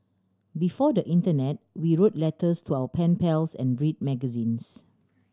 before the internet we wrote letters to our pen pals and read magazines